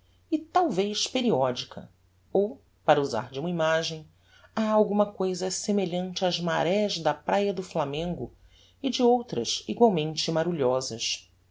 e talvez periodica ou para usar de uma imagem ha alguma cousa semelhante ás marés da praia do flamengo e de outras egualmente marulhosas